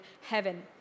heaven